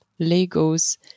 Legos